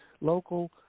local